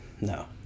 No